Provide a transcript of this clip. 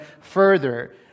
further